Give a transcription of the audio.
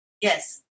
Yes